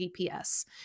GPS